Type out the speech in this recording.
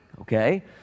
okay